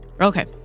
Okay